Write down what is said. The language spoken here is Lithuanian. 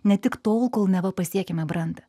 ne tik tol kol neva pasiekiame brandą